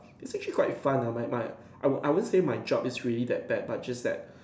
it's actually quite fun lah my my I I wouldn't say my job is really that bad but just that